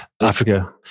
Africa